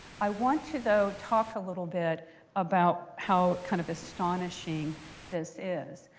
i want to, though, talk a little bit about how kind of astonishing this is.